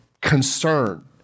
concern